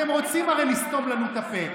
הרי אתם רוצים לסתום לנו את הפה.